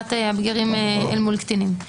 שאלת הבגירים אל מול הקטינים,